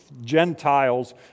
Gentiles